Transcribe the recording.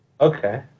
Okay